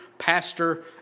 Pastor